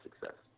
success